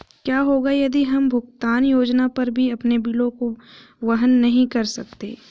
क्या होगा यदि हम भुगतान योजना पर भी अपने बिलों को वहन नहीं कर सकते हैं?